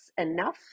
enough